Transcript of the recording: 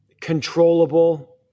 controllable